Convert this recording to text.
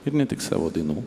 ir ne tik savo dainų